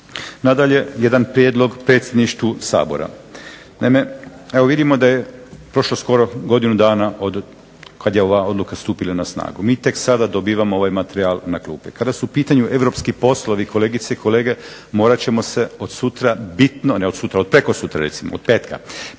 Nadalje, jedan prijedlog Predsjedništvu SAbora. Naime, evo vidimo da je skoro prošlo godinu dana od kada je ova odluka stupila na snagu, mi tek sada dobivamo ovaj materijal na klupe. Kada su u pitanju europski poslovi kolegice i kolege morat ćemo se od sutra bitno, ne od sutra nego od prekosutra recimo, od petka,